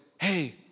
hey